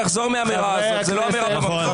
הקורונה עדיין כאן במובנים מסוימים.